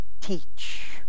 teach